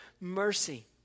mercy